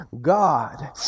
God